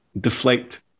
deflect